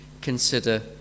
consider